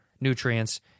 nutrients